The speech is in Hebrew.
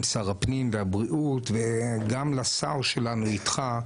שר הפנים והבריאות וגם לשר שלנו איתך.